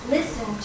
Listen